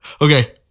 Okay